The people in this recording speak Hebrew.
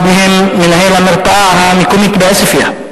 אחד מהם מנהל המרפאה המקומית בעוספיא,